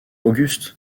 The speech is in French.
auguste